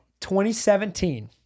2017